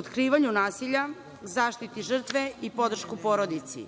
otkrivanju nasilja, zaštiti žrtve i podršku porodici.